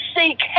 seek